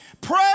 Pray